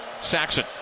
Saxon